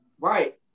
Right